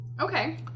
Okay